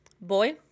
Boy